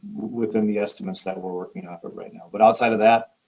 within the estimates that we're working off of right now. but outside of that,